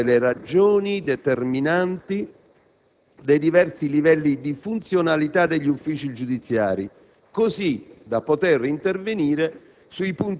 che permettessero di individuare le ragioni determinanti dei diversi livelli di funzionalità degli uffici giudiziari, così